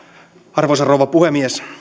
arvoisa rouva puhemies